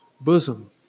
bosom